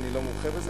אני לא מומחה בזה,